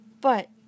But